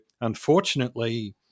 unfortunately